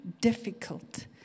difficult